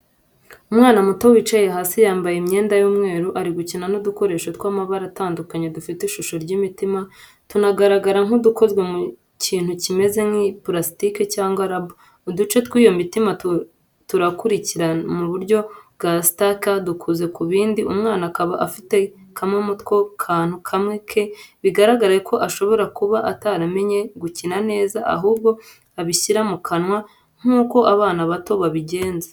Umwana muto wicaye hasi yambaye imyenda y’umweru. Ari gukina n’udukoresho tw’amabara atandukanye dufite ishusho y’imitima, tunagaragara nk'udukozwe mu kintu gimeze nk’ipulasitiki cyangwa rubber. Uduce tw’iyo mitima turakurikirana mu buryo bwa stacking dukuze ku kindi, umwana akaba afite kamwe muri utwo kantu mu kanwa ke, biragaragara ko ashobora kuba ataramenya gukina neza ahubwo abishyira mu kanwa, nk’uko abana bato babigenza.